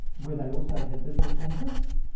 where they also had business interests,